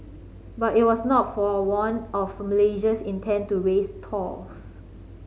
but it was not forewarned of Malaysia's intent to raise tolls